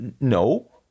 no